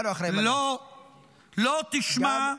לא תשמע,